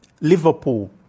Liverpool